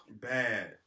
Bad